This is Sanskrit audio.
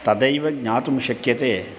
तदैव ज्ञातुं शक्यते